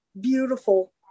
beautiful